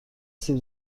سیب